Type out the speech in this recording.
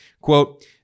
Quote